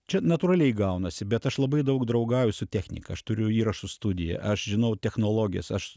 čia natūraliai gaunasi bet aš labai daug draugauju su technika aš turiu įrašų studiją aš žinau technologijas aš